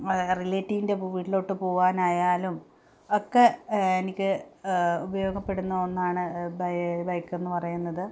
റിലേറ്റീവൻ്റെ വീട്ടിലോട്ട് പോകാനായാലും ഒക്കെ എനിക്ക് ഉപയോഗപ്പെടുന്ന ഒന്നാണ് ബൈ ബൈക്ക് എന്ന് പറയുന്നത്